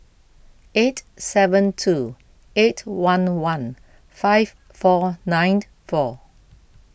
eight seven two eight one one five four nine four